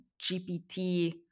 GPT